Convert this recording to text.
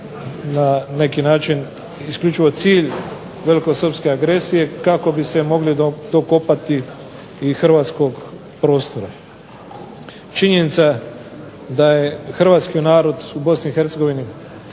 na neki način isključivo cilj velikosrpske agresije kako bi se mogli dokopati hrvatskog prostora. Činjenica da je hrvatski narod u BiH